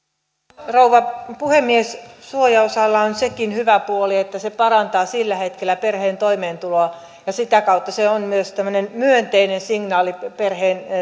arvoisa rouva puhemies suojaosalla on sekin hyvä puoli että se parantaa sillä hetkellä perheen toimeentuloa ja sitä kautta se on myös tämmöinen myönteinen signaali perheen